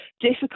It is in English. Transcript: difficult